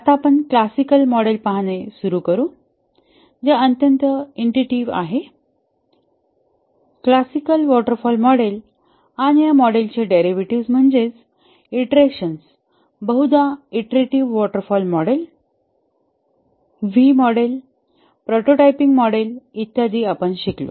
आता आपण classical model पाहणे सुरू करू जे अत्यंत इंटुईटीव्ह आहे क्लासिकल वॉटर फॉल मॉडेल आणि या मॉडेलचे डेरिव्हेटिव्ह्ज म्हणजेच ईंटरेशन बहुदा iterative waterfall model V model prototyping model इत्यादी आपण शिकलो